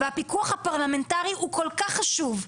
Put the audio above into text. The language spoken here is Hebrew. והפיקוח הפרלמנטרי הוא כל כך חשוב.